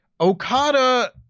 okada